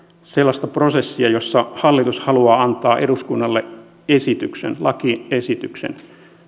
sellaista prosessia jossa hallitus haluaa antaa eduskunnalle esityksen lakiesityksen